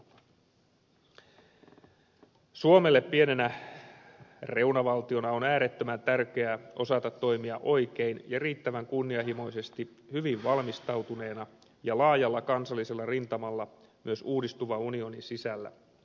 suomelle pienenä reunavaltiona on äärettömän tärkeää osata toimia oikein ja riittävän kunnianhimoisesti hyvin valmistautuneena ja laajalla kansallisella rintamalla myös uudistuvan unionin sisällä